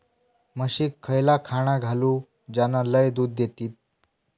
म्हशीक खयला खाणा घालू ज्याना लय दूध देतीत?